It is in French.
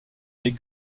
les